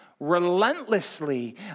relentlessly